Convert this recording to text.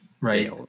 Right